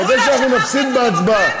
כדי שאנחנו נפסיד בהצבעה.